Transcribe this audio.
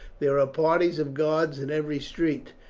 there are parties of guards in every street.